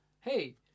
Hey